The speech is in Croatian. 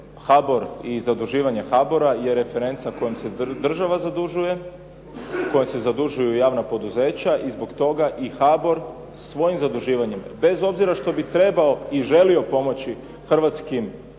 HBOR i zaduživanje HBOR-a je referenca s kojom se država zadužuje, kojom se zadužuju i javna poduzeća i zbog toga i HBOR svojim zaduživanjem, bez obzira što bi trebao i želio pomoći hrvatskim